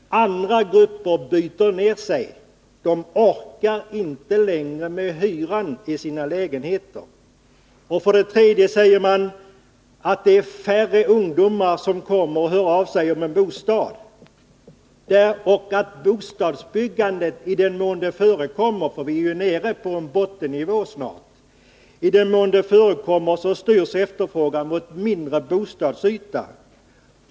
Andra grupper byter ned sig, de orkar inte längre med hyrorna för sina lägenheter. Vidare säger man att det nu är färre ungdomar som hör av sig och frågar efter bostad och att när det gäller bostadsbyggandet — i den mån det förekommer; vi är ju snart nere på en bottennivå — styrs efterfrågan mot mindre bostadsyta.